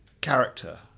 character